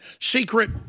secret